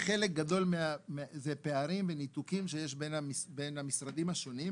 חלק גדול הוא הפערים והניתוקים שיש בין המשרדים השונים,